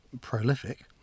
prolific